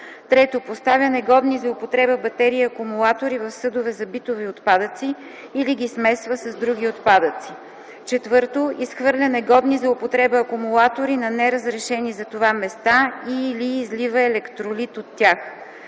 3. поставя негодни за употреба батерии и акумулатори в съдове за битови отпадъци или ги смесва с други отпадъци; 4. изхвърля негодни за употреба акумулатори на неразрешени за това места и/или излива електролит от тях;